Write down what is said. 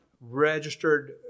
Registered